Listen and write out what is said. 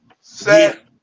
set